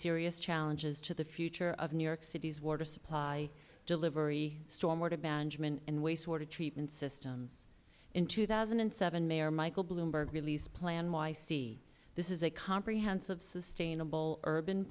serious challenges to the future of new york city's water supply delivery storm water management and wastewater treatment system in two thousand and seven mayor michael bloomberg released planyc this is a comprehensive sustainable urban